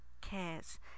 cares